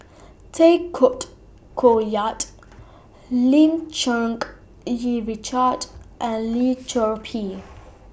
Tay Koh Yat Lim Cherng Yih Richard and Lim Chor Pee